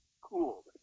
cool